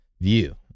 view